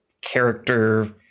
character